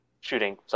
shooting